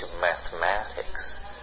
mathematics